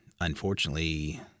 unfortunately